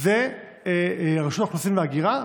זה רשות האוכלוסין וההגירה,